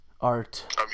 Art